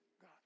God